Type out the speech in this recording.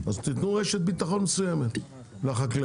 אז תתנו רשת בטחון מסוימת לחקלאים.